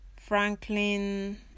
Franklin